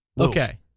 Okay